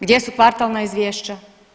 Gdje su kvartalna izvješća?